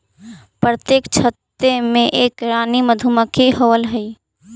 प्रत्येक छत्ते में एक रानी मधुमक्खी होवअ हई